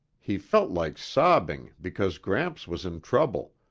he felt like sobbing because gramps was in trouble,